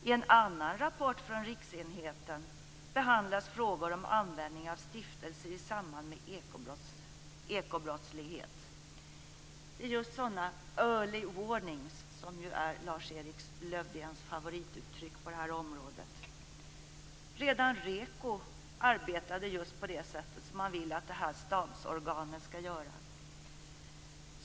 I en annan rapport från Riksenheten behandlas frågor om användning av stiftelser i samband med ekobrottslighet. Det är just sådana early warnings, som ju är Lars-Erik Lövdéns favorituttryck, på det här området. Redan REKO arbetade just på det sätt som man vill att det här stabsorganet skall göra.